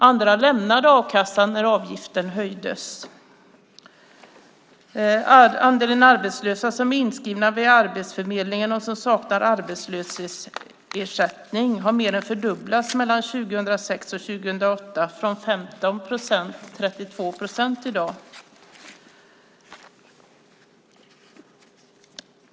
Andra lämnade a-kassan när avgiften höjdes. Andelen arbetslösa som är inskrivna vid Arbetsförmedlingen som saknar arbetslöshetsersättning har mer än fördubblats mellan 2006 och 2008, från 15 procent till 32 procent i dag.